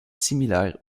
similaires